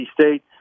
State